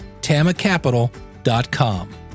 TamaCapital.com